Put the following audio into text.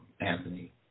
Anthony